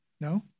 No